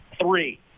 three